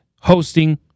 hosting